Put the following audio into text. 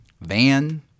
Van